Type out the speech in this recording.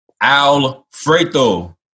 Alfredo